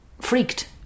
freaked